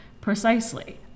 precisely